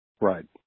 Right